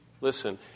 listen